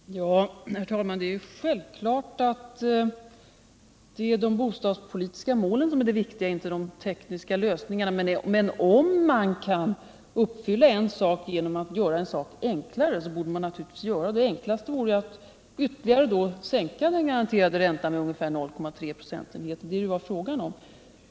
Herr talrnan! Det är självklart att det viktiga är de bostadspolitiska målen, inte de tekniska lösningarna. Men om man kan uppfylla ett önskemål genom att förenkla på en punkt, bör man naturligtvis göra det. Det enklaste vore naturligtvis att ytterligare sänka den garanterade räntan med 0,3 procentenheter, och det var det det var fråga om.